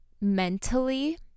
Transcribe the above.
mentally